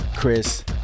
Chris